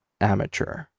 amateur